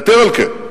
יתר על כן,